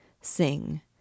sing—